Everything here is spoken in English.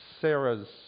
Sarah's